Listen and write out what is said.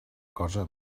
cosa